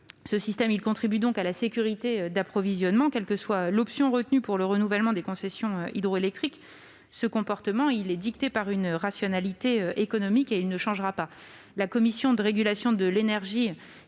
Ce système contribue donc à la sécurité d'approvisionnement. Quelle que soit l'option retenue pour le renouvellement des concessions hydroélectriques, ce comportement, dicté par une rationalité économique, ne changera pas. La Commission de régulation de l'énergie,